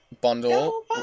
bundle